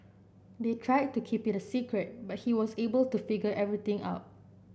they tried to keep it a secret but he was able to figure everything out